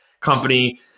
company